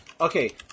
Okay